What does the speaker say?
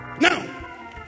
Now